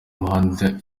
umuhanda